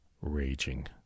raging